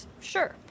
sure